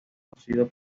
conocido